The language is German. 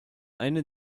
eine